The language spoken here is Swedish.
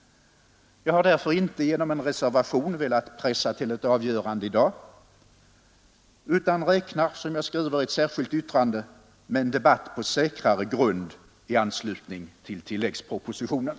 Jag har därför inte genom en reservation velat pressa till ett avgörande i dag utan räknar, som jag skriver i ett särskilt yttrande, med en debatt på säkrare grund i anslutning till tilläggspropositionen.